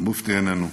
המופתי איננו,